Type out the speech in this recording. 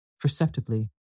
perceptibly